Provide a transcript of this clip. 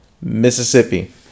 Mississippi